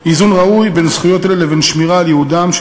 איזון ראוי בין זכויות אלה לבין שמירה על ייעודם של